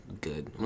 good